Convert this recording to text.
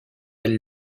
elle